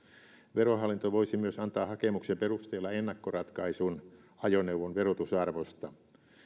verohallinto voisi myös antaa hakemuksen perusteella ennakkoratkaisun ajoneuvon verotusarvosta